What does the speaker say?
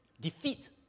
Defeat